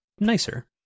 nicer